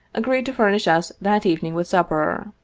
agreed to furnish us that evening with supper.